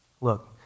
Look